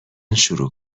شروع